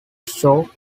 show